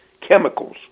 chemicals